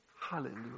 Hallelujah